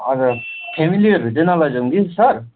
हजुर फेमिलीहरू चाहिँ नलैजाउँ कि सर